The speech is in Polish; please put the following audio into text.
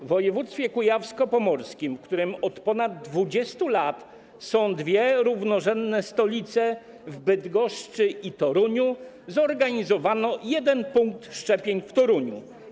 W województwie kujawsko-pomorskim, w którym od ponad 20 lat są dwie równorzędne stolice, w Bydgoszczy i Toruniu, zorganizowano jeden punkt szczepień w Toruniu.